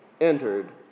entered